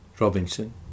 Robinson